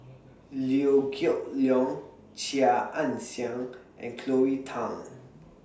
Liew Geok Leong Chia Ann Siang and Cleo Thang